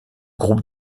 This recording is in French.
groupe